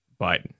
Biden